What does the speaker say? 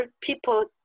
people